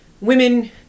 women